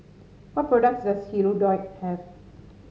what products does Hirudoid have